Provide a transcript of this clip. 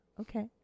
Okay